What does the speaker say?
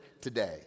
today